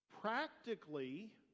practically